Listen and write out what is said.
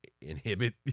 inhibit